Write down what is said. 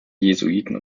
jesuiten